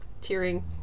tearing